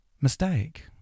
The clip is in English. mistake